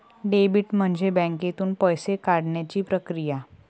debit म्हणजे बँकेतून पैसे काढण्याची प्रक्रिया